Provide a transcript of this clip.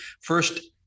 first